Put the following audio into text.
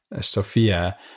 Sophia